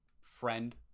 Friend